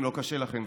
אם לא קשה לכם,